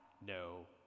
no